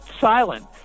silent